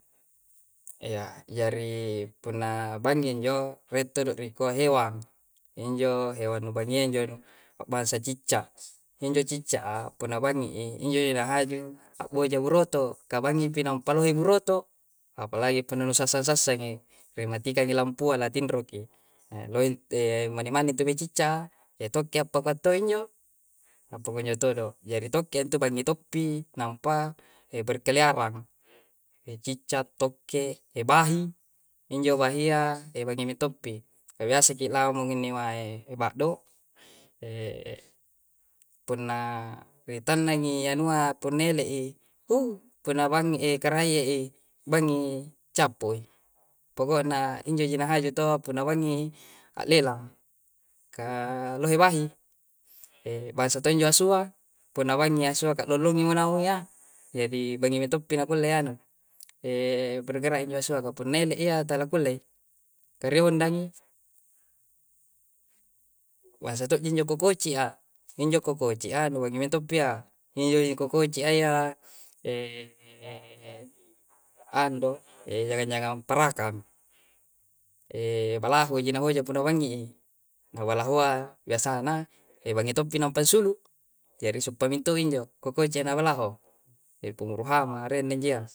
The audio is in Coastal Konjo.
Iya, jarii punna bangngi injo, rie' todo nikua hewang. Injo hewang nu bangngia injo abbansa ciccak. Injo ciccak a punna bangngi i, injo ji na haju abboja buroto, ka bangngi pi nampa lohe buroto. Apalagi punna nusassang-sassang i, ri matikangi lampua, la tinroki. E lohe, e bani bani intu mau ciccak a. E tokke a pakua' to' injo. Appakunjo todo'. Jari tokke a ntu, bangngi toppi nampaa e berkeliarang. Eciccak, tokke', ebahi. Injo bahia, e bangngi mintoppi. Ka biasa ki lamung inni maee baddo, punna ritannangi anua punna ele'i, uuh punna bang karahie'i, bangngi, cappu'i. Poko'na injo ji na haju toa punna bangngi i, allelang. Kaa lohe bahi. Ebbangsa to injo asua, punna bangngi asua ka lollongi mo naung iyya. Jadi bangngi mintoppi na kulle anu, bergerak injo asua. Ka punna ele'iyya, talakkullei. Ka riondang i. Bansa to' ji injo kokoci'a, injo kokoci'a, nu bangngi mintoppi iyya, injo kokoci' a iyya, anu do, ejangngang-jangang parakang. balaho ji na hoja punna bangngi i. Na balahoa biasana, ebangngi toppi nampansulu'. Jari siuppa minto' injo, kokoci'a na balaho. hambang arenna injo yya.